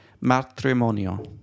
matrimonio